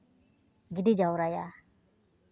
ᱜᱤᱰᱤ ᱡᱟᱣᱨᱟᱭᱟ